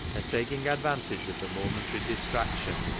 and taking advantage of the momentary distraction.